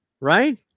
Right